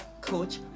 coach